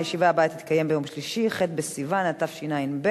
הישיבה הבאה תתקיים ביום שלישי, ח' בסיוון התשע"ב,